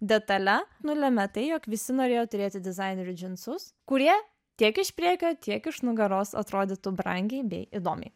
detale nulemia tai jog visi norėjo turėti dizainerių džinsus kurie tiek iš priekio tiek iš nugaros atrodytų brangiai bei įdomiai